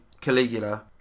Caligula